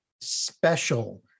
special